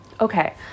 Okay